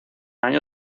año